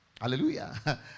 Hallelujah